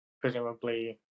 Presumably